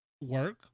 work